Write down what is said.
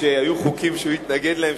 כשהיו חוקים שהוא התנגד להם,